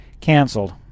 Cancelled